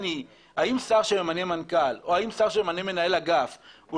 האם שר שממנה מנכ"ל או האם שר שממנה מנהל אגף הוא